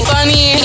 Funny